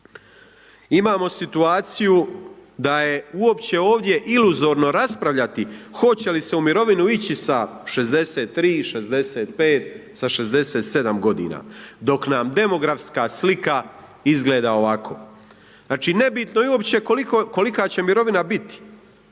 imamo situaciju da je uopće ovdje iluzorno raspravljati hoće li se u mirovinu ići sa 63, 65 sa 67 godina dok nam demografska slika izgleda ovako. Znači nebitno je uopće koliko, kolika će mirovina biti